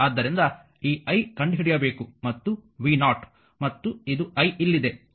ಆದ್ದರಿಂದ ಈ i ಕಂಡುಹಿಡಿಯಬೇಕು ಮತ್ತು v0 ಮತ್ತು ಇದು i ಇಲ್ಲಿದೆ